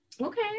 Okay